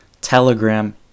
telegram